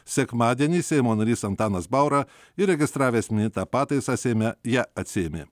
sekmadienį seimo narys antanas baura įregistravęs minėtą pataisą seime ją atsiėmė